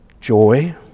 joy